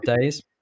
days